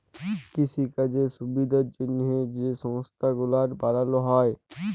কিসিকাজের সুবিধার জ্যনহে যে সংস্থা গুলান বালালো হ্যয়